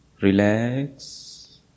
relax